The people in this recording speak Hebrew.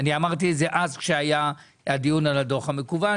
אני אמרתי את זה אז כשהיה הדיון על הדוח המקוון,